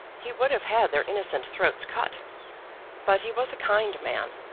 he would have had their innocent throats cut but he was a kind man,